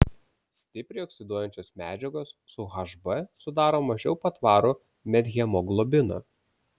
stipriai oksiduojančios medžiagos su hb sudaro mažiau patvarų methemoglobiną